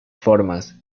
formas